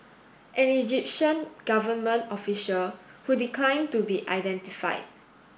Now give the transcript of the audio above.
an Egyptian government official who declined to be identified